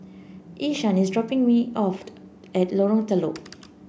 Ishaan is dropping me off at Lorong Telok